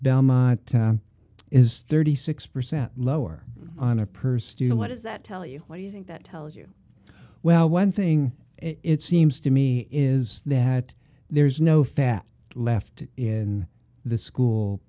might is thirty six percent lower on a per student what does that tell you what do you think that tells you well one thing it seems to me is that there's no fat left in the school